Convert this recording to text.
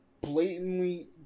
blatantly